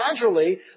gradually